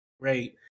great